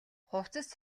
хувцас